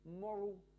moral